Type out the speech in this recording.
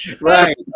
Right